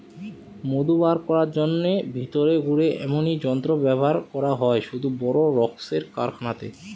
মধু বার কোরার জন্যে ভিতরে ঘুরে এমনি যন্ত্র ব্যাভার করা হয় শুধু বড় রক্মের কারখানাতে